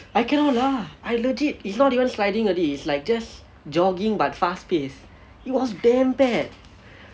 I cannot lah I legit it's not even sliding already it's like just jogging but fast pace it was damn bad